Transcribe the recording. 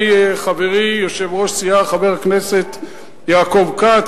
חברי יושב-ראש הסיעה חבר הכנסת יעקב כץ,